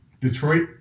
Detroit